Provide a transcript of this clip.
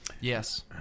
Yes